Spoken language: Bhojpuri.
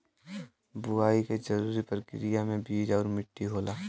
बुवाई के जरूरी परकिरिया में बीज आउर मट्टी होला